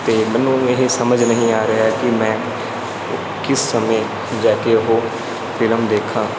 ਅਤੇ ਮੈਨੂੰ ਇਹ ਸਮਝ ਨਹੀਂ ਆ ਰਿਹਾ ਕਿ ਮੈਂ ਕਿਸ ਸਮੇਂ ਜਾ ਕੇ ਉਹ ਫਿਲਮ ਦੇਖਾਂ